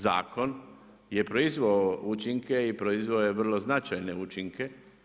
Zakon je proizveo učinke i proizveo je vrlo značajne učinke.